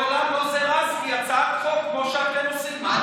מעולם לא זירזתי הצעת חוק כמו שאתם עושים.